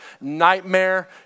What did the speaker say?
nightmare